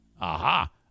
Aha